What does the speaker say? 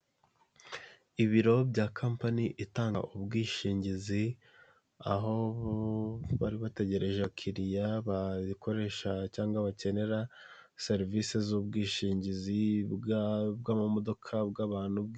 Ibiro bya kampani itanga ubwishingizi, aho bari bategereje abakiriya bakoresha cyangwa bakenera serivisi z'ubwishingizi, bw'amamodoka, bw'abantu